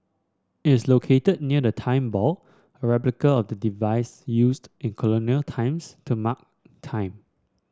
it is located near the Time Ball a replica of the device used in colonial times to mark time